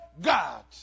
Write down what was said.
God